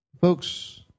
Folks